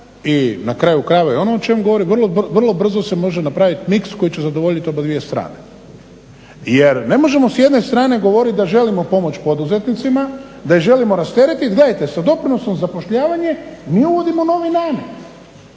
i na kraju krajeva i ono o čemu govori vrlo brzo se može napraviti miks koji će zadovoljiti obje strane. Jer ne možemo s jedne strane govoriti da želimo pomoći poduzetnicima, da ih želimo rasteretiti. Gledajte, sa doprinosom za zapošljavanje mi uvodimo novi namet.